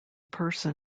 person